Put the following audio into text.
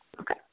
Okay